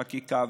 חקיקה,